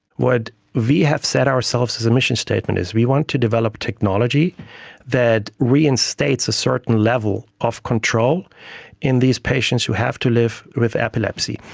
what we have set ourselves as a mission statement is we want to develop technology that reinstates a certain level of control in these patients who have to live with epilepsy,